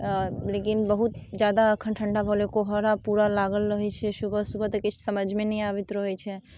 लेकिन बहुत एखन ठण्डा भऽ गेलै कोहरा पूरा लागल रहै छै सुबह सुबह तऽ किछु समझिमे नहि आबैत रहै छै